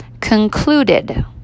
concluded